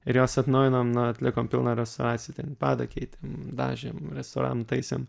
ir juos atnaujinom na atlikom pilną retauraciją ten padą keitėm dažėm restauravom taisėm